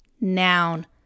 noun